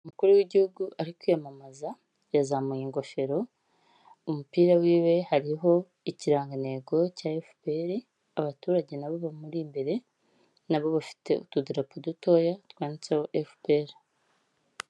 Umukuru w'igihugu ari kwiyamamaza, yazamuye ingofero, umupira w'iwe hariho ikirangantego cya FPR, abaturage nabo bamuri imbere, nabo bafite utudirapo dutoya twanditseho FPR.